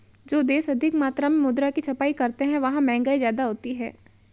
जो देश अधिक मात्रा में मुद्रा की छपाई करते हैं वहां महंगाई ज्यादा होती है